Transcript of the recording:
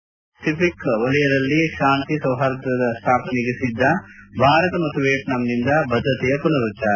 Indo Pacific ವಲಯದಲ್ಲಿ ಶಾಂತಿ ಸೌಹಾರ್ದ ಸ್ಥಾಪನೆಗೆ ಸಿದ್ದ ಭಾರತ ಮತ್ತು ವಿಯೆಟ್ನಾಂನಿಂದ ಬದ್ದತೆಯ ಪುನರುಚ್ಲಾರ